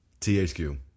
THQ